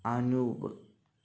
Anoop